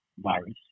Virus